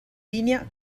linea